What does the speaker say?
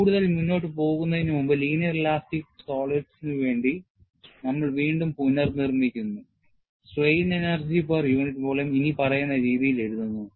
കൂടുതൽ മുന്നോട്ട് പോകുന്നതിനുമുമ്പ് ലീനിയർ ഇലാസ്റ്റിക്ക് solids വേണ്ടി നമ്മൾ വീണ്ടും പുനർനിർമിക്കുന്നു strain energy per unit volume ഇനിപ്പറയുന്ന രീതിയിൽ എഴുതുന്നു